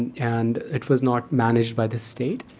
and it was not managed by the state.